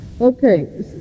Okay